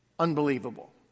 Unbelievable